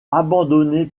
abandonné